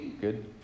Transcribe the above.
good